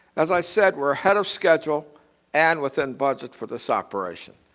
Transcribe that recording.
as i said, we're ahead of so actual and within budget for this operation.